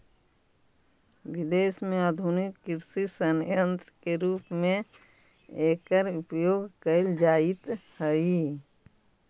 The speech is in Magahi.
विदेश में आधुनिक कृषि सन्यन्त्र के रूप में एकर उपयोग कैल जाइत हई